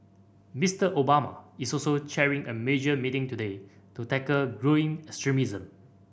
Mister Obama is also chairing a major meeting today to tackle growing extremism